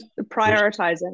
prioritizing